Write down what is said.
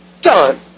done